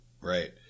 Right